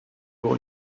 pour